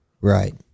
Right